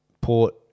Port